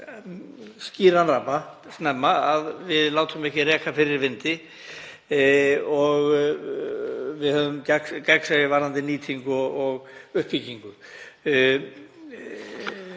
skýran ramma snemma, að við látum ekki reka fyrir vindi og við höfum gegn gegnsæi varðandi nýtingu og uppbyggingu.